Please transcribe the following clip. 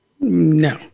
No